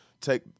take